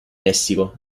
messico